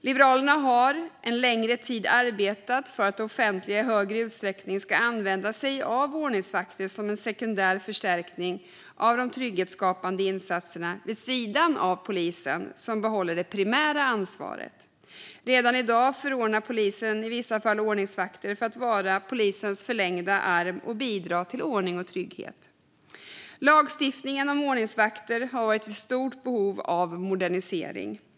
Liberalerna har en längre tid arbetat för att det offentliga i större utsträckning ska använda sig av ordningsvakter som en sekundär förstärkning av de trygghetsskapande insatserna vid sidan av polisen som behåller det primära ansvaret. Redan i dag förordnar polisen i vissa fall ordningsvakter för att vara polisens förlängda arm och bidra till ordning och trygghet. Lagstiftningen om ordningsvakter har varit i stort behov av modernisering.